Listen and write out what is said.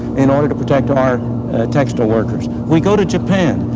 in order to protect our textile workers. we go to japan,